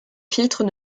filtres